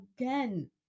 again